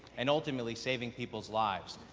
and ultimately saving people's lives.